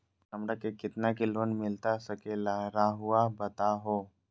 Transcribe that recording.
हमरा के कितना के लोन मिलता सके ला रायुआ बताहो?